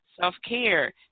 self-care